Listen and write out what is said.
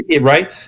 Right